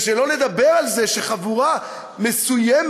ושלא נדבר על זה שחבורה מסוימת,